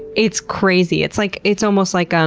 it's crazy. it's like it's almost like, um